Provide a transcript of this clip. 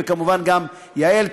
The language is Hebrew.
וכמובן גם ליעל.